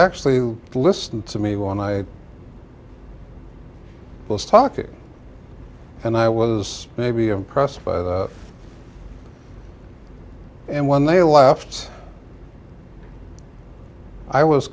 actually listened to me when i was talking and i was maybe impressed by that and when they left i was